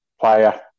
player